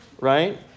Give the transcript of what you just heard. right